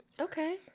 Okay